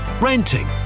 renting